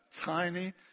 tiny